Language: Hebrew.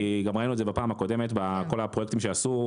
כי גם ראינו את זה בפעם הקודמת בכל הפרויקטים שעשו,